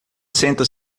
senta